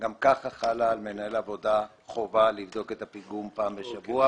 גם כך חלה על מנהל עבודה חובה לבדוק את הפיגום פעם בשבוע,